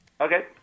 Okay